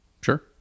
Sure